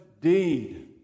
deed